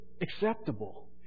acceptable